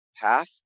path